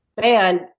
man